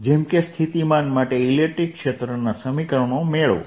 જેમ કે સ્થિતિમાન માટે ઇલેક્ટ્રિક ક્ષેત્રના સમીકરણો મેળવો